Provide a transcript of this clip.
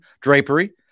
Drapery